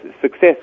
success